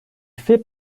fait